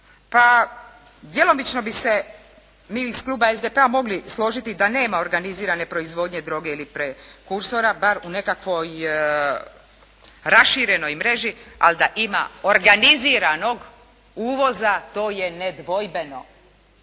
Pa djelomično bi se mi iz Kluba SDP-a mogli složiti da nema organizirane proizvodnje droge ili prekursora, bar u nekakvoj raširenoj mreži ali da ima organiziranog uvoza to je nedvojbeno.